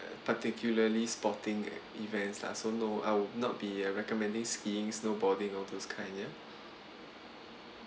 particularly sporting events lah so no I would not be uh recommending skiing snowboarding all those kind yeah